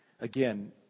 Again